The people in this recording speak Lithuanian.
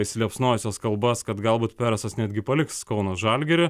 įsiliepsnojusias kalbas kad galbūt peresas netgi paliks kauno žalgirį